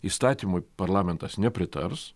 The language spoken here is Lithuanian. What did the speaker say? įstatymui parlamentas nepritars